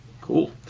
Cool